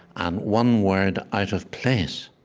and one word out of place,